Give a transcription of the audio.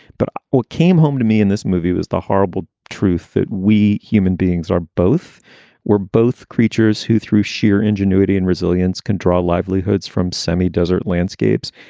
but or came home to me in this movie was the horrible truth that we human beings are both we're both creatures who, through sheer ingenuity and resilience, can draw livelihoods from semi-desert landscapes.